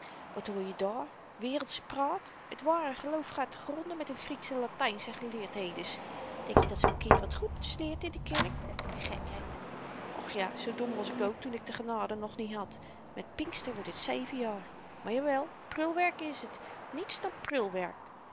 wat hoor je daar wereldsche praat t ware geloof gaat te gronde met hun grieks en latyns en geleerdhedens denk je dat zoo'n kind wat goeds leert in de kerk gekheid och ja zoo dom was ik ook toen ik de genade nog niet had met pinkster wordt het zeven jaar maar jawel prulwerk is t niets dan